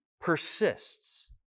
persists